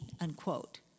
unquote